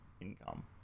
income